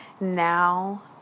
now